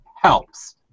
helps